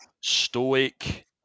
stoic